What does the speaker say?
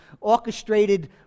orchestrated